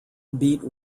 beat